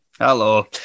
Hello